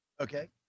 Okay